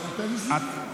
אתה נותן לי זמן?